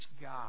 God